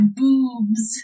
boobs